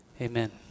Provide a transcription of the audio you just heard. amen